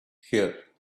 here